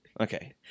Okay